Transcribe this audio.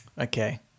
Okay